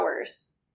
hours